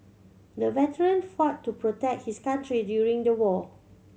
the veteran fought to protect his country during the war